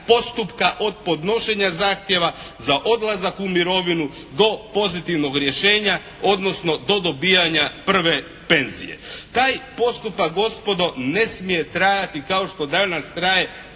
od podnošenja zahtjeva za odlazak u mirovinu do pozitivnog rješenja, odnosno do dobivanja prve penzije. Taj postupak gospodo ne smije trajati kao što danas traje